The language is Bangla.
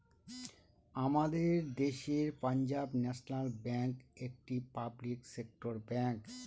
আমাদের দেশের পাঞ্জাব ন্যাশনাল ব্যাঙ্ক একটি পাবলিক সেক্টর ব্যাঙ্ক